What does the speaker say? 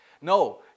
No